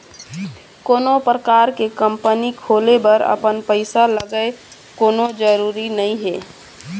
कोनो परकार के कंपनी खोले बर अपन पइसा लगय कोनो जरुरी नइ हे